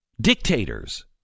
Dictators